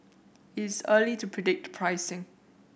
it is early to predict the pricing